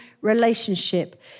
relationship